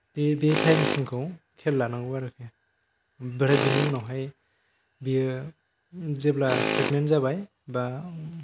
बे बे टाइम सिमखौ खेल लानांगौ आरो ओमफ्राय बिनि उनावहाय बियो जेब्ला प्रेगनेन्ट जाबाय बा